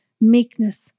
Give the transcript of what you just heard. meekness